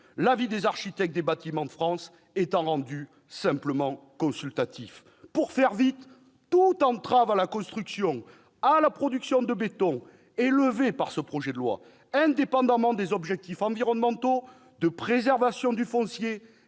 L'avis des architectes des Bâtiments de France est rendu simplement consultatif. Pour faire vite, toute entrave à la construction, à la production de béton est levée par ce projet de loi, indépendamment des objectifs environnementaux, de préservation du foncier